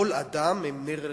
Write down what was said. כל אדם, הן נר לרגליה.